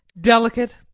delicate